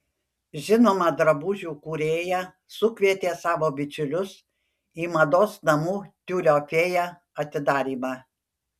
žinoma drabužių kūrėja sukvietė savo bičiulius į mados namų tiulio fėja atidarymą